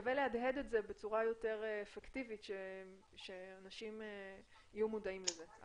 שווה להדהד את זה בצורה יותר אפקטיבית כדי שאנשים יהיו מודעים לזה.